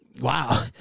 Wow